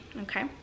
okay